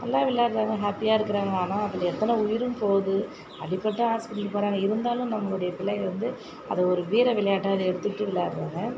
நல்லா விளையாடுறாங்க ஹாப்பியாக இருக்கிறாங்க ஆனால் அதில் எத்தனை உயிரும் போகுது அடிப்பட்டு ஹாஸ்பிட்டலுக்கு போகிறாங்க இருந்தாலும் நம்மளுடைய பிள்ளைங்கள் வந்து அதை ஒரு வீர விளையாட்டாக அதை எடுத்துக்கிட்டு விளையாடுறாங்க